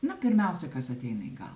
na pirmiausia kas ateina į galvą